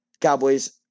Cowboys